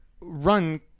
run